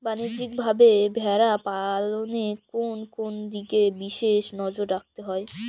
বাণিজ্যিকভাবে ভেড়া পালনে কোন কোন দিকে বিশেষ নজর রাখতে হয়?